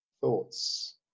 thoughts